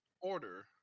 order